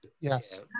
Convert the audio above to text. Yes